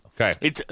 Okay